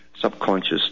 subconscious